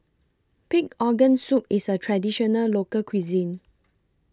Pig Organ Soup IS A Traditional Local Cuisine